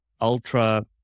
ultra